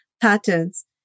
patterns